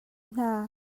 hna